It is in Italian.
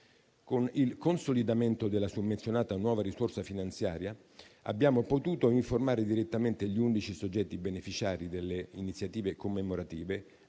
Con il consolidamento della summenzionata nuova risorsa finanziaria, abbiamo potuto informare direttamente gli undici soggetti beneficiari delle iniziative commemorative